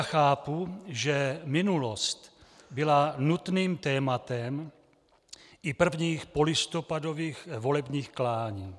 Docela chápu, že minulost byla nutným tématem i prvních polistopadových volebních klání.